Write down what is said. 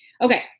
okay